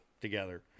together